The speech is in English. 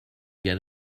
get